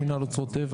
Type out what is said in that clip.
מנהל מינהל אוצרות טבע,